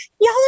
y'all